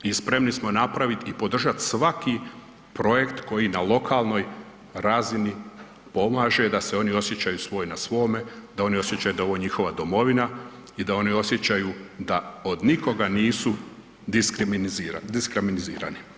I spremni smo napraviti i podržati svaki projekt koji na lokalnoj razini pomaže da se oni osjećaj svoj na svome, da oni osjećaju da je ovo njihova domovina i da oni osjećaju da od nikoga nisu diskriminizirani.